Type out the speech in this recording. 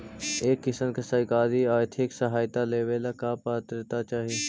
एक किसान के सरकारी आर्थिक सहायता लेवेला का पात्रता चाही?